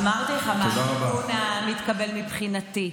אמרתי לך מה התיקון המתקבל מבחינתי.